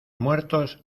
muertos